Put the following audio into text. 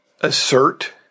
assert